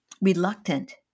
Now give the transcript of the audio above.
reluctant